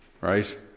right